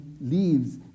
leaves